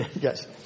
Yes